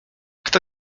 kto